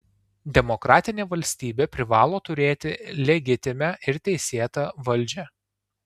demokratinė valstybė privalo turėti legitimią ir teisėtą valdžią